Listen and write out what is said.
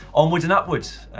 onwards and upwards,